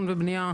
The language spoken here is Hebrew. למי שלא יודע,